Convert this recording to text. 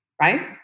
right